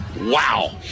Wow